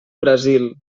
brasil